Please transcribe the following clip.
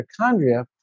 mitochondria